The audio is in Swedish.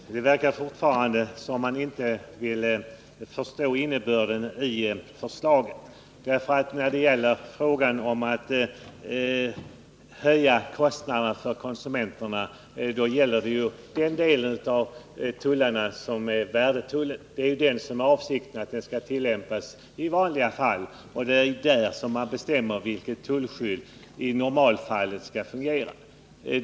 Fru talman! Det verkar fortfarande som om man inte ville förstå innebörden i förslagen. När det gäller höjda kostnader för konsumenterna är det värdetullen som har någon betydelse. Det är den tullen som skall tillämpas i vanliga fall. Det är alltså den delen av våra tullar som bestämmer vilket tullskydd som i normalfallet skall fungera.